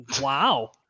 wow